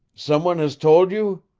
someone has told you?